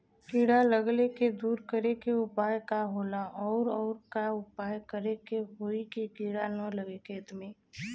कीड़ा लगले के दूर करे के उपाय का होला और और का उपाय करें कि होयी की कीड़ा न लगे खेत मे?